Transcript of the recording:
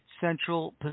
Central